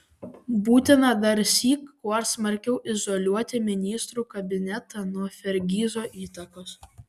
būtina darsyk kuo smarkiau izoliuoti ministrų kabinetą nuo fergizo įtakos